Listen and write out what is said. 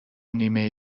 نیمه